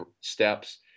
steps